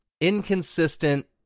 inconsistent